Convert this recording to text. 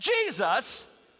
Jesus